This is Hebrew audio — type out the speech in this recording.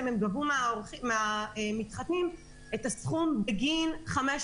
הם גבו מהמתחתנים את הסכום בגין 500